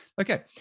okay